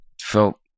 felt